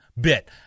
bit